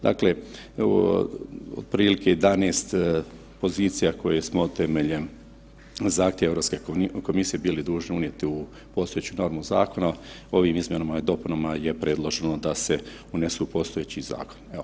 Dakle otprilike 11 pozicija koje smo temeljem zahtjeva Europske komisije bili dužni unijeti u postojeću normu zakona, ovim izmjenama i dopunama je predloženo da se unesu u postojeći zakon.